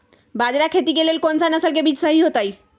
बाजरा खेती के लेल कोन सा नसल के बीज सही होतइ?